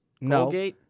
No